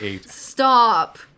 stop